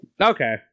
okay